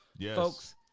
Folks